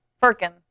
Firkin